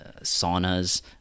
saunas